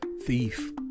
thief